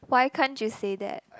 why can't you say that